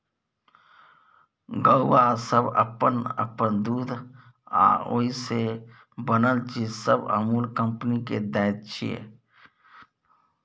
गौआँ सब अप्पन अप्पन दूध आ ओइ से बनल चीज सब अमूल कंपनी केँ दैत छै